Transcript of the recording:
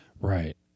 Right